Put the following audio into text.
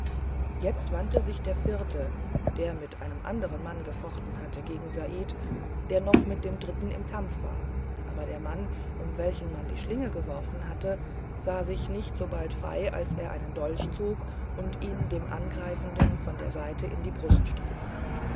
jetzt wandte sich der vierte der mit einem andern mann gefochten hatte gegen said der noch mit dem dritten im kampf war aber der mann um welchen man die schlinge geworfen hatte sah sich nicht sobald frei als er seinen dolch zog und ihn dem angreifenden von der seite in die brust stieß